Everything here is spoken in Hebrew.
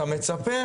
אתה מצפה